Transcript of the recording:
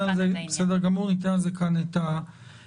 בסדר גמור, ניתן לזה כאן את הדעת.